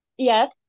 Yes